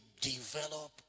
develop